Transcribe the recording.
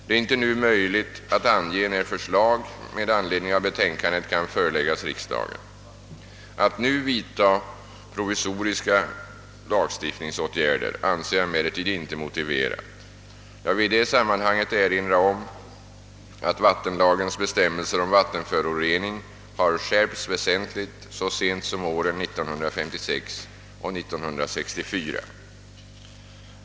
Det är inte nu möjligt att ange när förslag med anledning av betänkandet kan föreläggas riksdagen. Att nu vidta provisoriska lagstiftningsåtgärder anser jag emellertid inte motiverat. Jag vill i det sammanhanget erinra om att vattenlagens bestämmelser om vat tenförorening har skärpts väsentligt så sent om åren 1956 och 1964.